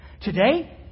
Today